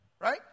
Right